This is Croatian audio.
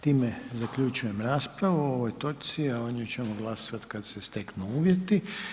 Time zaključujem raspravu o ovoj točci a o njoj ćemo glasat kad se steknu uvjeti.